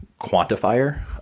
quantifier